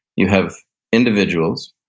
you have individuals,